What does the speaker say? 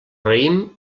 raïm